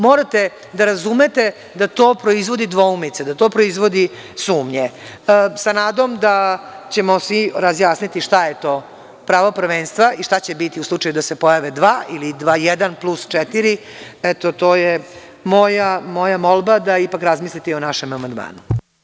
Morate da razumete da to proizvodi dvoumice, sumnje, sa nadom da ćemo svi razjasniti šta je to pravo prvenstva i šta će biti u slučaju da se pojave dva, ili dva jedan plus četiri, to je moja molba da ipak razmislite i o našem amandmanu.